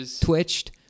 twitched